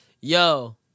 yo